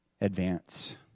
advance